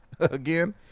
again